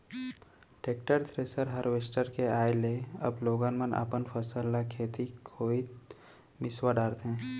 tractor, thresher, harvester के आए ले अब लोगन मन अपन फसल ल खेते कोइत मिंसवा डारथें